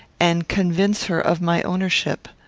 and convince her of my ownership.